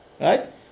Right